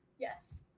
Yes